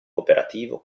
cooperativo